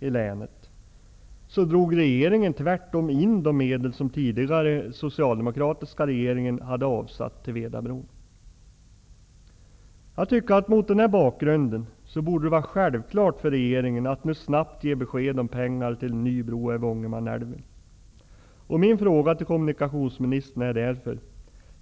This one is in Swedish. i länet, drog regeringen in de medel som den socialdemokratiska regeringen hade avsatt för Mot denna bakgrund borde det vara självklart för regeringen att snabbt ge besked om pengar till en ny bro över Ångermanälven.